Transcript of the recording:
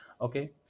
okay